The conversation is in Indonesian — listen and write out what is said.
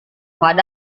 pada